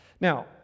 Now